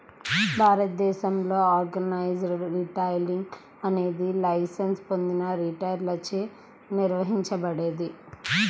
భారతదేశంలో organised retailing అనేది licence పొందిన రిటైలర్లచే నిర్వహించబడేది